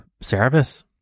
service